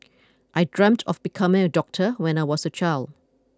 I dreamt of becoming a doctor when I was a child